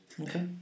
okay